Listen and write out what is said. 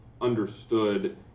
understood